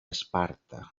esparta